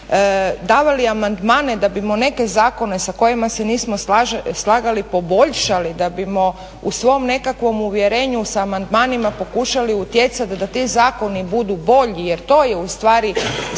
za nekakve, davali amandmane da bismo neke zakone sa kojima se nismo slagali poboljšali, da bismo u svom nekakvom uvjerenju sa amandmanima pokušali utjecati da ti zakoni budu bolji jer to je u stvari